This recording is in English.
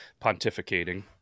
pontificating